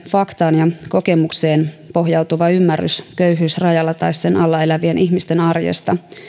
on jonkinlainen faktaan ja kokemukseen pohjautuva ymmärrys köyhyysrajalla tai sen alla elävien ihmisten arjesta